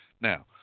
now